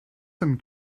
some